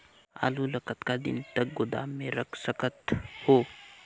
आलू ल कतका दिन तक गोदाम मे रख सकथ हों?